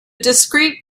discrete